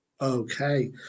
Okay